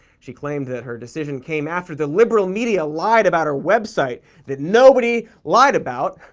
she claimed that her decision came after the liberal media lied about her website that nobody lied about,